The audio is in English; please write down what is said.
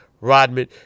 Rodman